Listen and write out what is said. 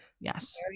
Yes